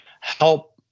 help